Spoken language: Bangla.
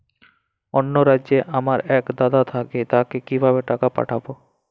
অন্য রাজ্যে আমার এক দাদা থাকে তাকে কিভাবে টাকা পাঠাবো?